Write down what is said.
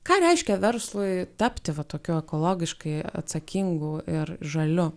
ką reiškia verslui tapti tokiu ekologiškai atsakingu ir žaliu